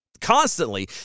constantly